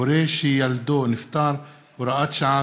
(הורה שילדו נפטר) (הוראת שעה),